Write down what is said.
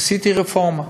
עשיתי רפורמה.